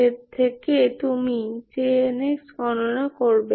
এর থেকে তুমি Jn গণনা করো